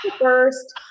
first